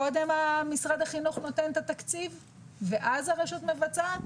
קודם משרד החינוך נותן את התקציב ואז הרשות מבצעת,